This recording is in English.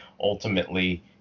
ultimately